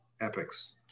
epics